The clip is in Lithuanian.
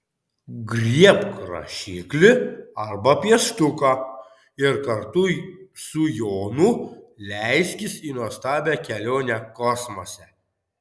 griebk rašiklį arba pieštuką ir kartu su jonu leiskis į nuostabią kelionę kosmose